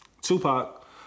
Tupac